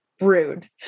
rude